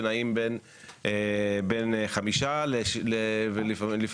שנעים בין חמישה ל-31